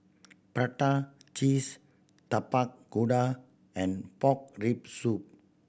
prata cheese Tapak Kuda and pork rib soup